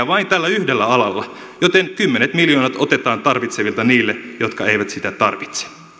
vain tällä yhdellä alalla joten kymmenet miljoonat otetaan tarvitsevilta niille jotka eivät sitä tarvitse